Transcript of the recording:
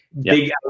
big